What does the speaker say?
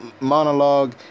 monologue